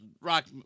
Rock